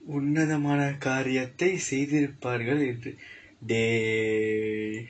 உன்னதமான காரியத்தை செய்திருப்பார்கள் என்று:unnathamaana kaariyaththai seythiruppaarkal enru dey